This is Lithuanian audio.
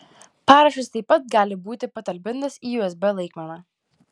parašas taip pat gali būti patalpintas į usb laikmeną